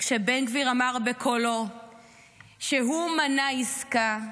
כשבן גביר אמר בקולו שהוא מנע עסקה,